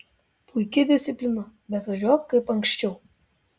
puiki disciplina bet važiuok kaip anksčiau